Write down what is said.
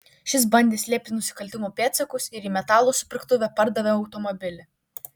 šis bandė slėpti nusikaltimo pėdsakus ir į metalo supirktuvę pardavė automobilį